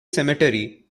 cemetery